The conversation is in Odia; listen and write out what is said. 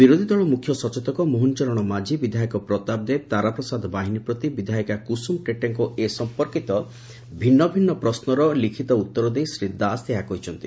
ବିରୋଧୀଦଳ ମୁଖ୍ୟସଚେତକ ମୋହନ ଚରଣ ମାଝି ବିଧାୟକ ପ୍ରତାପ ଦେବ ତାରାପ୍ରସାଦ ବାହିନୀପତି ବିଧାୟିକା କୁସ୍ସୁମ ଟେଟେଙ୍କ ଏ ସଂପର୍କିତ ଭିନ୍ନ ଭିନ୍ନ ପ୍ରଶ୍ନର ଲିଖିତ ଉଉର ଦେଇ ଶ୍ରୀ ଦାସ ଏହା କହିଛନ୍ତି